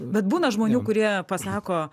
bet būna žmonių kurie pasako